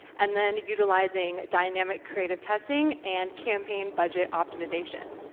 and then utilising dynamic creative testing and campaign budget optimisation.